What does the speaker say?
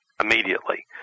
immediately